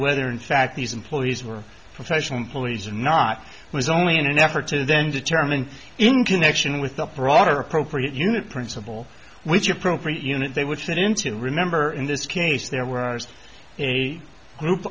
whether in fact these employees were professional employees and not was only in an effort to then determine in connection with the broader appropriate unit principle which appropriate unit they would fit into remember in this case there were just a group